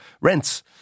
rents